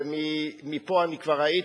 ומפה כבר ראיתי,